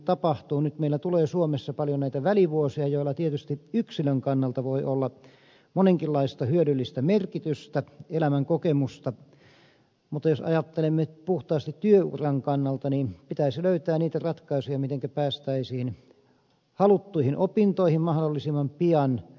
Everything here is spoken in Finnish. nyt meillä tulee suomessa paljon näitä välivuosia joilla tietysti yksilön kannalta voi olla monenkinlaista hyödyllistä merkitystä elämänkokemusta mutta jos ajattelemme puhtaasti työuran kannalta niin pitäisi löytää niitä ratkaisuja mitenkä päästäisiin haluttuihin opintoihin mahdollisimman pian